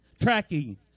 tracking